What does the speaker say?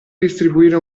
distribuire